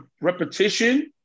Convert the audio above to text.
repetition